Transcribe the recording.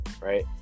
right